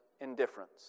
indifference